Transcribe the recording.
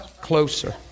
closer